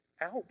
out